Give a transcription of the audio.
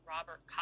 Robert